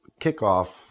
kickoff